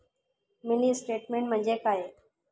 Mini statement म्हणजे काय?